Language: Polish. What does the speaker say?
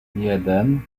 jeden